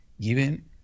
given